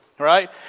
Right